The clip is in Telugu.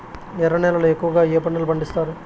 ఎర్ర నేలల్లో ఎక్కువగా ఏ పంటలు పండిస్తారు